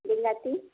ବିଲାତି